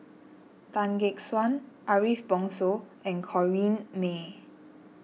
Tan Gek Suan Ariff Bongso and Corrinne May